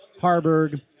Harburg